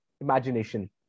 imagination